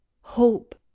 hope